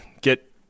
get